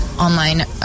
online